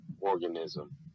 organism